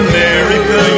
America